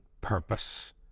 purpose